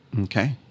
Okay